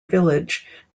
village